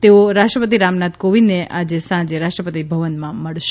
તેઓ રાષ્ટ્રપતિ રામનાથ કોવિંદને આજે સાંજે રાષ્ટ્રપતિ ભવનમાં મળશે